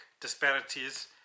disparities